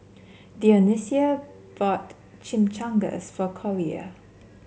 Dionicio bought Chimichangas for Collier